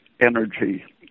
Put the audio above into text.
energy